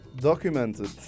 Documented